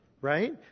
right